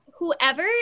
Whoever